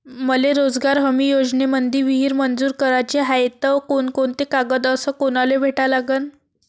मले रोजगार हमी योजनेमंदी विहीर मंजूर कराची हाये त कोनकोनते कागदपत्र अस कोनाले भेटा लागन?